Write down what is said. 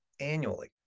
annually